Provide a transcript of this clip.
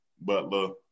butler